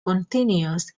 continuous